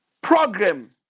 program